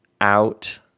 out